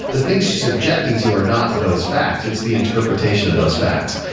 the things she's objecting to or not those facts. it's the interpretation of those facts.